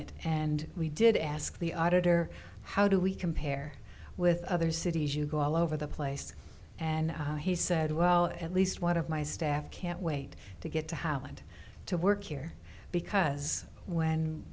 it and we did ask the auditor how do we compare with other cities you go all over the place and he said well at least one of my staff can't wait to get to holland to work here because when